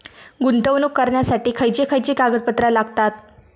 गुंतवणूक करण्यासाठी खयची खयची कागदपत्रा लागतात?